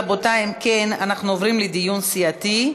רבותי, אם כן, אנחנו עוברים לדיון סיעתי.